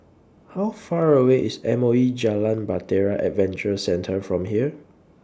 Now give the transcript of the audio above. How Far away IS M O E Jalan Bahtera Adventure Centre from here